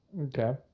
Okay